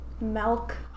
Milk